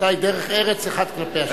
רבותי, דרך ארץ אחד כלפי השני.